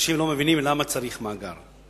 אנשים לא מבינים למה צריך מאגר.